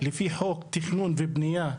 לפי חוק תכנון ובנייה,